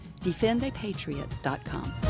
defendapatriot.com